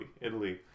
Italy